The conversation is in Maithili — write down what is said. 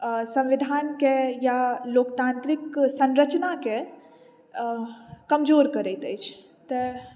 संविधानकेँ या लोकतान्त्रिक संरचनाकेँ कमजोर करैत अछि तऽ